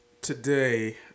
today